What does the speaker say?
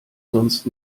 sonst